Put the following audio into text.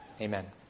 Amen